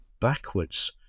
backwards